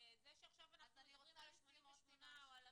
זה שעכשיו אנחנו מדברים על ה-88 או על